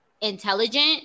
intelligent